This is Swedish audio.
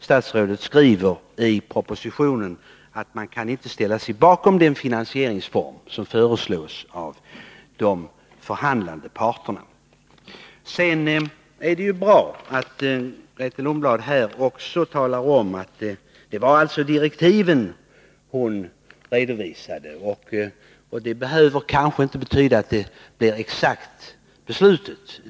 Statsrådet skriver faktiskt i propositionen att han inte kan ställa sig bakom den finansieringsform som föreslås av de förhandlande parterna. Sedan är det bra att Grethe Lundblad här talade om att det var direktiven hon redovisade. Det behöver kanske inte betyda att det blir det exakta beslutet.